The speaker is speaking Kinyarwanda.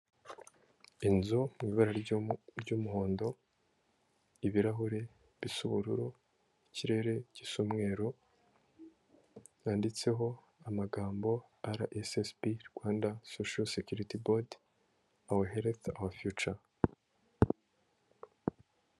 Inzu mu ibara ry'umuhondo, ibirahuri bisa ubururu, ikirere gisa umweru yanditseho amagambo RSSB, Rwanda soshoal sekiriti bodi awa herifu awa fiyuca.